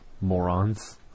morons